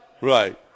Right